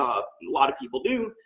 lot of people do,